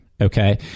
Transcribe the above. okay